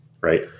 right